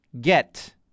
get